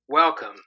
Welcome